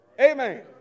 Amen